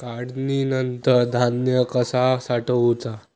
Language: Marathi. काढणीनंतर धान्य कसा साठवुचा?